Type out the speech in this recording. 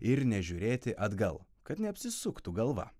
ir nežiūrėti atgal kad neapsisuktų galva